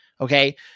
Okay